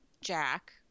Jack